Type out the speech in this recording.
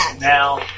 Now